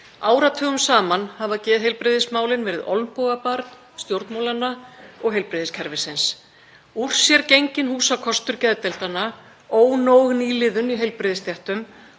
Áratugum saman hafa geðheilbrigðismálin verið olnbogabarn stjórnmálanna og heilbrigðiskerfisins. Úr sér genginn húsakostur geðdeildanna, ónóg nýliðun í heilbrigðisstéttum,